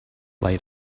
light